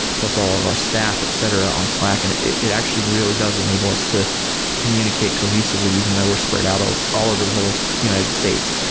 plus all of our staff, etc, on slack, and it it actually really does enable us to communicate cohesively even though we're spread out all all over the whole united states.